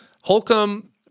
Holcomb